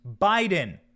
Biden